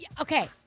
Okay